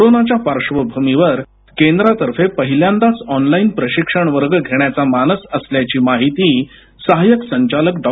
कोरोनाच्या पार्श्वभूमीवर केंद्रातफे पहिल्यांदाच ऑनलाईन प्रशिक्षण वर्ग घेण्याचा मानस असल्याची माहिती सहाय्यक संचालक डॉ